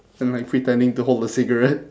and like pretending to hold a cigarette